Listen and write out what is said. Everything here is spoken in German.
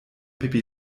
pippi